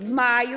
W maju.